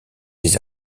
des